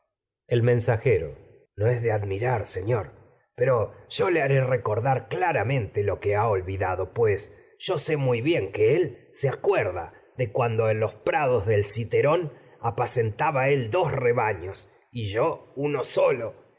el mensajero no es de admirar señor lo que pero yo le yo haré sé recordar claramente ha olvidado pues muy bien que él se acuerda de cuando en los prados del citerón apacentaba él dos rebaños y yo uno solo